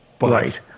Right